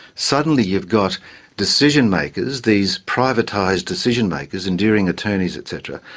suddenly you've got decision-makers, these privatised decision-makers, enduring attorneys et cetera,